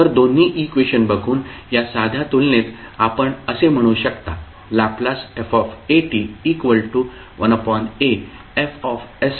तर दोन्ही इक्वेशन बघून या साध्या तुलनेत आपण असे म्हणू शकता Lf 1aFsa